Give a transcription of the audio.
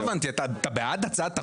לא הבנתי, אתה בעד הצעת החוק?